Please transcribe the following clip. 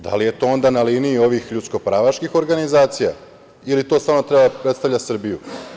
Da li je to onda na liniji ovih ljudsko-pravaških organizacija ili to stalno treba da predstavlja Srbiju?